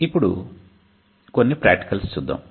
ఇప్పుడు కొన్ని ప్రాక్టికల్స్ చూద్దాం